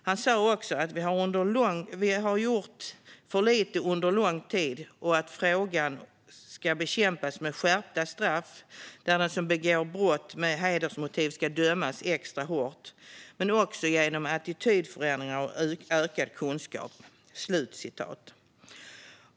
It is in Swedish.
Han sa också att vi har gjort för lite under lång tid och att frågan ska bekämpas med skärpta straff så att den som begår brott med hedersmotiv ska dömas extra hårt men också genom attitydförändringar och ökad kunskap.